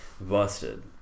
Busted